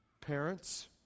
Parents